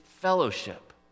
fellowship